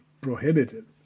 prohibited